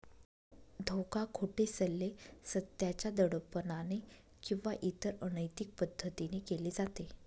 धोका, खोटे सल्ले, सत्याच्या दडपणाने किंवा इतर अनैतिक पद्धतीने केले जाते